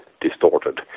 distorted